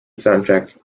soundtrack